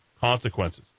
consequences